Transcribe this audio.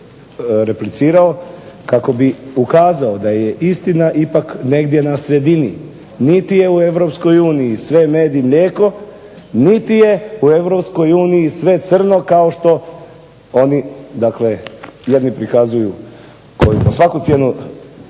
kako bih ukazao da je istina ipak negdje na sredini. Niti je u Europskoj uniji sve med i mlijeko niti je u Europskoj uniji sve crno kao što oni dakle jedni prikazuju koji po svaku cijenu